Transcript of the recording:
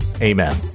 Amen